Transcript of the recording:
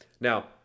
Now